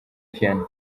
vianney